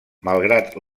malgrat